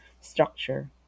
structure